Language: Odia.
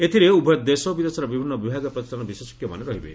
ଏଥିରେ ଉଭୟ ଦେଶ ଓ ବିଦେଶର ବିଭିନ୍ନ ବିତ୍ତୀୟ ପ୍ରତିଷ୍ଠାନର ବିଶେଷଜ୍ଞମାନେ ରହିବେ